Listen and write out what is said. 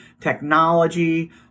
technology